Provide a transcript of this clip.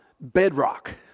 bedrock